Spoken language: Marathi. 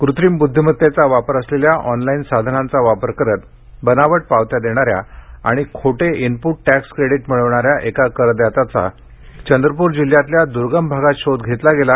कृत्रिम ब्ध्दिमतेचा वापर असलेल्या ऑनलाईन साधनांचा वापर करत बनावट पावत्या देणाऱ्या आणि खोटे इनप्ट टॅक्स क्रेडिट मिळविणाऱ्या एका करदात्याचा चंद्रपूर जिल्ह्यातील द्र्गम भागात शोध घेतला गेला